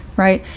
right?